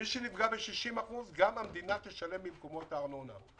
מי שנפגע ב-60%, המדינה תשלם במקומו את הארנונה.